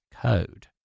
code